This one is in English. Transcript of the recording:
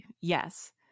yes